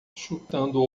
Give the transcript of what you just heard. chutando